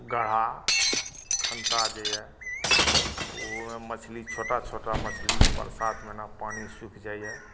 गड़हा खन्ता जे यऽ ओहिमे मछली छोटा छोटा मछली बरसात महिनामे पानि सुखि जाइ यऽ